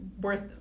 worth